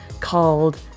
called